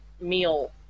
meal